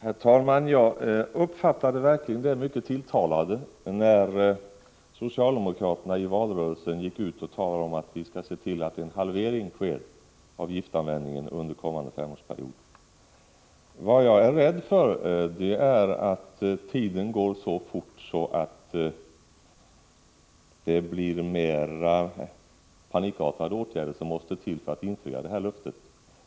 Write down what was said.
Herr talman! Jag uppfattade det verkligen som mycket tilltalande när socialdemokraterna i valrörelsen talade om: Vi skall se till att en halvering av giftanvändningen sker under kommande femårsperiod. Vad jag är rädd för är att tiden går så fort att det blir mer panikartade åtgärder som måste till för att man skall kunna infria detta löfte.